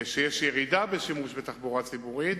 של ירידה בשימוש בתחבורה ציבורית,